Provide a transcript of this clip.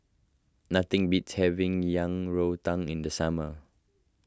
nothing beats having Yang Rou Tang in the summer